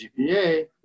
GPA